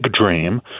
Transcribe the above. dream